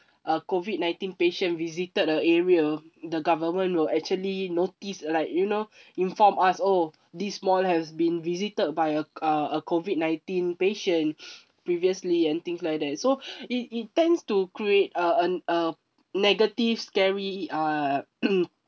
a COVID nineteen patient visited the area the government will actually notice like you know inform us oh this mall has been visited by a co~ a COVID nineteen patient previously and things like that so it it tends to create uh a a negative scary uh